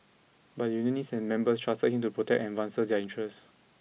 but the unionists and members trusted him to protect and advance their interests